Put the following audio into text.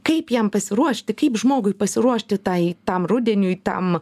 kaip jam pasiruošti kaip žmogui pasiruošti tai tam rudeniui tam